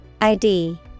ID